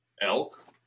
Elk